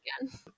again